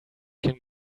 can